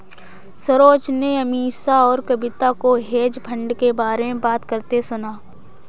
सरोज ने अमीषा और कविता को हेज फंड के बारे में बात करते सुना